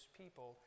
people